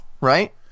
right